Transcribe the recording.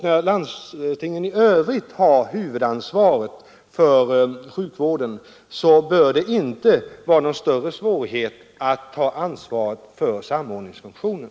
När landstinget i övrigt har huvudansvaret för sjukvården bör det inte vara någon större svårighet att ha ansvaret för samordningsfunktionen.